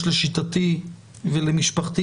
באתר של משרד החוץ ובמשרד הפנים.